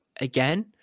again